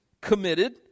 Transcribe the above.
committed